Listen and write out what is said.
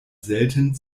selten